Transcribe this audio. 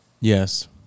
Yes